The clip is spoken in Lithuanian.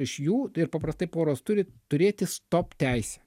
iš jų ir paprastai poros turi turėti stop teisę